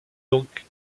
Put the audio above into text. donc